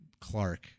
Clark